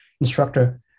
instructor